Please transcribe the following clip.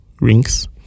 rings